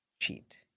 cheat